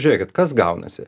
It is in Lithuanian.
žiūrėkit kas gaunasi